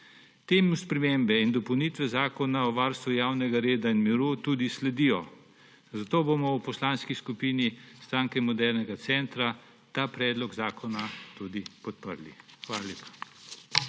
Temu spremembe in dopolnitve Zakona o varstvu javnega reda in miru tudi sledijo, zato bomo v Poslanski skupini Stranke modernega centra ta predlog zakona tudi podprli. Hvala lepa.